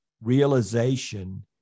realization